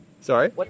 Sorry